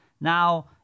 Now